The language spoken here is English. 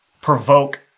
provoke